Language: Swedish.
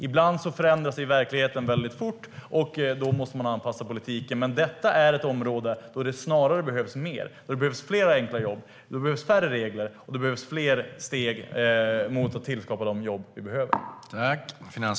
Ibland förändras verkligheten fort, och då måste man anpassa politiken. Detta är ett område där det snarare behövs fler enkla jobb, färre regler och fler steg för att skapa de jobb som behövs.